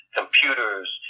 computers